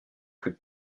plus